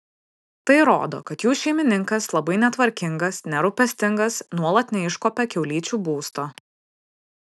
tai rodo kad jų šeimininkas labai netvarkingas nerūpestingas nuolat neiškuopia kiaulyčių būsto